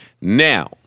Now